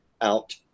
out